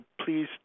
please